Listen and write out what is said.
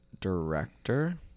director